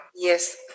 Yes